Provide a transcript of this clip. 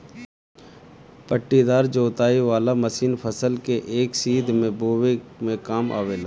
पट्टीदार जोताई वाला मशीन फसल के एक सीध में बोवे में काम आवेला